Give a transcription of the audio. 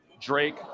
Drake